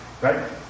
Right